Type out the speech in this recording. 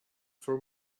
for